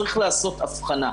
צריך לעשות הבחנה.